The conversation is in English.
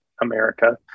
america